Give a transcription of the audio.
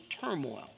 turmoil